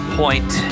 point